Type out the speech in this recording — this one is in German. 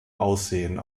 aussehen